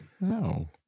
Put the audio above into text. no